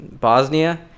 bosnia